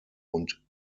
und